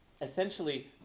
essentially